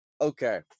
Okay